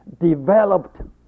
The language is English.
developed